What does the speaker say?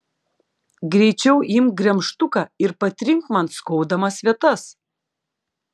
greičiau imk gremžtuką ir patrink man skaudamas vietas